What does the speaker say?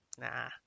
Nah